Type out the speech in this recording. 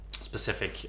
specific